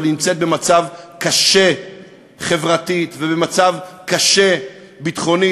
אבל היא נמצאת במצב קשה חברתית ובמצב קשה ביטחונית.